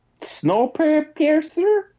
Snowpiercer